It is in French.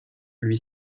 lui